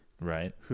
Right